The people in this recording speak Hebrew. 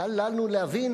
קל לנו להבין,